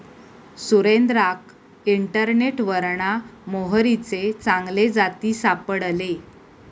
सुरेंद्राक इंटरनेटवरना मोहरीचे चांगले जाती सापडले